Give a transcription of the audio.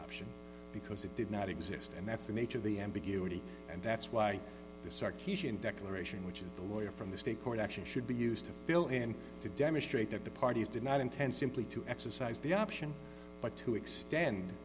option because it did not exist and that's the nature of the ambiguity and that's why the sarkeesian declaration which is the lawyer from the state court action should be used to fill in to demonstrate that the parties did not intend simply to exercise the option but to extend